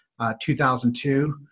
2002